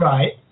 Right